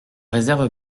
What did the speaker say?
réserve